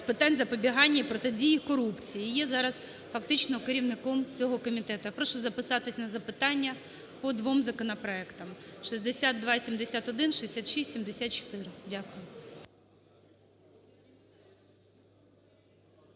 питань запобігання і протидії корупції і є зараз фактично керівником цього комітету. Я прошу записатись на запитання по двом законопроектам 6271, 6674. Дякую.